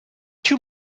too